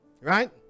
Right